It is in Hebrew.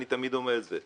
ואני תמיד אומר את זה